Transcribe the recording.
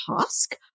task